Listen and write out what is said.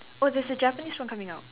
oh that's a Japanese one coming out